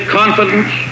confidence